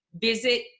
visit